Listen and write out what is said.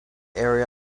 area